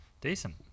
decent